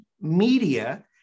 Media